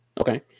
Okay